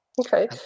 Okay